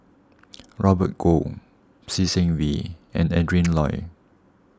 Robert Goh Lee Seng Wee and Adrin Loi